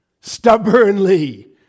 stubbornly